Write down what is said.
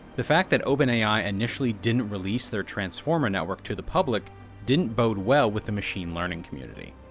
the fact that openai initially didn't release their transformer network to the public didn't bode well with the machine learning community.